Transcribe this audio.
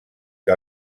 que